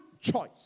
Choice